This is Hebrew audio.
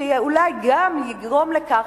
שאולי גם יגרום לכך,